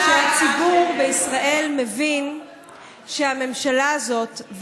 שהציבור בישראל מבין שהממשלה הזאת,